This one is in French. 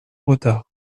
retard